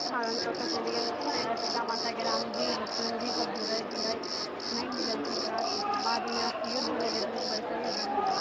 हरण कऽकऽ चलि गेलखिन एतऽ सीतामाताके रामजी लछमन जी सब ढुरैत ढुरैत नहि मिललखिन तऽ रात बादमे युद्ध भेलै बहुत बड़का युद्ध भेलै